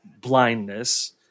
blindness